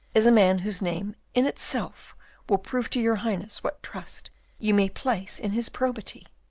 is a man whose name in itself will prove to your highness what trust you may place in his probity.